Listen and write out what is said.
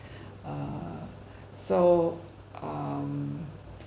err so um